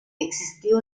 existía